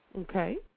Okay